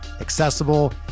accessible